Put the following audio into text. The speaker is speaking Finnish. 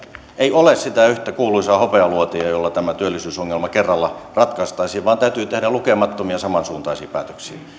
ei ole sitä yhtä kuuluisaa hopealuotia jolla tämä työllisyysongelma kerralla ratkaistaisiin vaan täytyy tehdä lukemattomia samansuuntaisia päätöksiä me